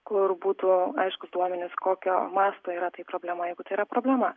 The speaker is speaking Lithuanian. kur būtų aiškūs duomenys kokio masto yra tai problema jeigu tai yra problema